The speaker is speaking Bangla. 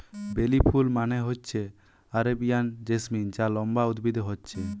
বেলি ফুল মানে হচ্ছে আরেবিয়ান জেসমিন যা লম্বা উদ্ভিদে হচ্ছে